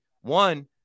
one